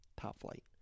Top-flight